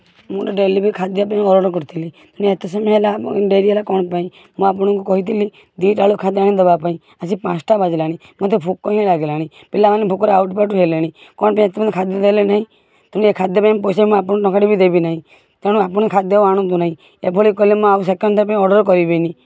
ମୁଁ ଗୋଟେ ଡେଲିପି ଖାଦ୍ୟ ପାଇଁ ଅର୍ଡ଼ର କରିଥିଲି ତେଣୁ ଏତେ ସମୟ ହେଲା ଡେରି ହେଲା କ'ଣ ପାଇଁ ମୁଁ ଆପଣଙ୍କୁ କହିଥିଲି ଦୁଇଟା ବେଳୁ ଖାଦ୍ୟ ଆଣି ଦେବା ପାଇଁ ଆସିକି ପାଞ୍ଚଟା ବାଜିଲାଣି ମୋତେ ଭୋକ ହିଁ ଲାଗିଲାଣି ପିଲାମାନେ ଭୋକରେ ଆଉଟୁପାଉଟୁ ହେଲେଣି କ'ଣ ପାଇଁ ଏତେ ସମୟ ହେଲାଣି ଖାଦ୍ୟ ଦେଲେନାହିଁ ତେଣୁ ଏ ଖାଦ୍ୟ ପାଇଁ ମୁଁ ପଇସା ଆପଣଙ୍କୁ ଟଙ୍କା ଟିଏ ବି ଦେବିନାହିଁ ତେଣୁ ଆପଣ ଖାଦ୍ୟ ଆଉ ଆଣନ୍ତୁ ନାହିଁ ଏଭଳି କଲେ ମୁଁ ଆଉ ସେକେଣ୍ଡ ଥର ପାଇଁ ଅର୍ଡ଼ର କରିବିନି